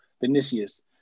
Vinicius